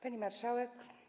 Pani Marszałek!